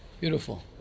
Beautiful